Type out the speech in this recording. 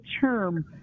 term